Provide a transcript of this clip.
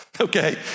Okay